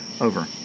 Over